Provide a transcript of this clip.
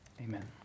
Amen